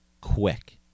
quick